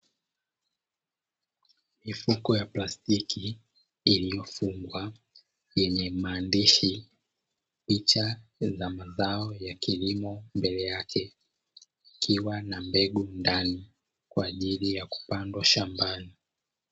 Mifuko ya plastiki iliyofungwa yenye maandishi, picha za mazao ya kilimo mbele yake, ikiwa na mbegu ndani kwa ajili ya kupandwa shambani.